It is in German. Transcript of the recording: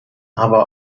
aber